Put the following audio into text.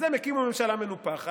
אז הם הקימו ממשלה מנופחת,